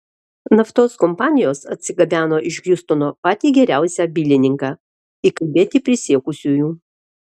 naftos kompanijos atsigabeno iš hjustono patį geriausią bylininką įkalbėti prisiekusiųjų